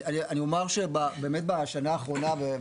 אני אומר שבאמת בשנה האחרונה,